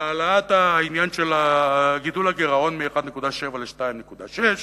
על העניין של העלאת הגידול בגירעון מ-1.7% ל-2.6%.